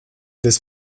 des